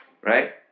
right